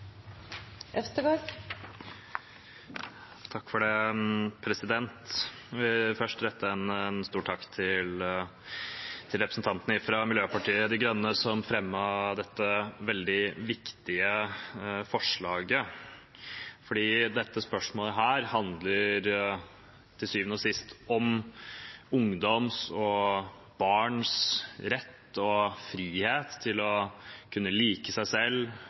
ikke stemmer for forslagene i saken i dag. Jeg vil først rette en stor takk til representanten fra Miljøpartiet De Grønne som fremmet dette veldig viktige forslaget, for dette spørsmålet handler til syvende og sist om ungdoms og barns rett og frihet til å kunne like seg selv